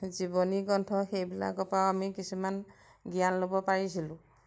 জীৱনী গ্ৰন্থ সেইবিলাকৰ পৰাও আমি কিছুমান জ্ঞান ল'ব পাৰিছিলোঁ